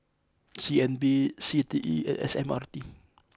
C N B C T E and S M R